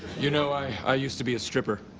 you know, i ah used to be a stripper.